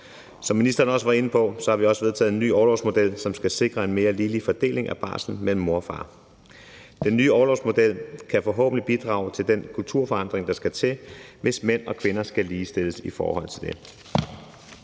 Som ministeren var inde på, har vi også vedtaget en ny orlovsmodel, som skal sikre en mere ligelig fordeling af barslen mellem mor og far. Den nye orlovsmodel kan forhåbentlig bidrage til den kulturforandring, der skal til, hvis mænd og kvinder skal ligestilles i forhold til det.